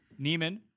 Neiman